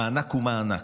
מענק הוא מענק.